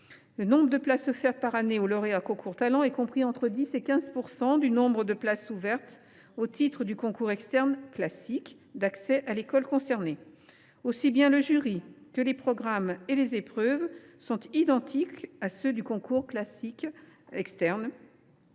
Le nombre de places offertes par année aux lauréats des concours Talents est compris entre 10 % et 15 % du nombre de places ouvertes au titre du concours externe classique d’accès à l’école concernée. Aussi bien le jury que les programmes et les épreuves sont identiques à ceux du concours externe